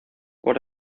por